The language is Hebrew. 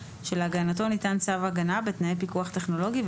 שלהגנתו ניתן צו הגנה בתנאי פיקוח טכנולוגי,